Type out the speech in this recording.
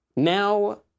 Now